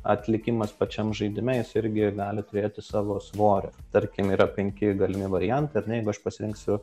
atlikimas pačiam žaidime irgi gali turėti savo svorio tarkim yra penki galimi variantai ar ne jeigu aš pasirinksiu